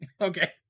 Okay